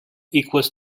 equals